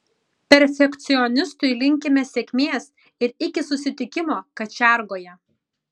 perfekcionistui linkime sėkmės ir iki susitikimo kačiargoje